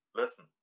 listen